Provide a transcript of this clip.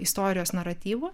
istorijos naratyvu